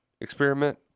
experiment